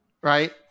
right